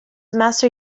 master